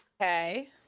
Okay